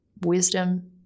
wisdom